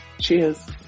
cheers